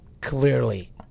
clearly